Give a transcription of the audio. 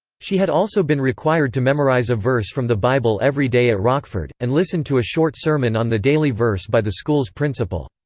she had also been required to memorize a verse from the bible every day at rockford, and listen to a short sermon on the daily verse by the school's principal.